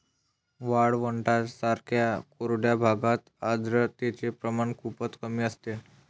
वाळवंटांसारख्या कोरड्या भागात आर्द्रतेचे प्रमाण खूपच कमी असते